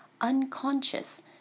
unconscious